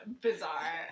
bizarre